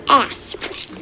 aspirin